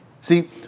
see